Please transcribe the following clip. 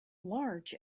large